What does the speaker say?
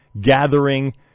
gathering